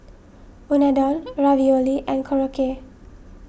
Unadon Ravioli and Korokke